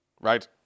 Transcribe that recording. right